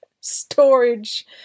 storage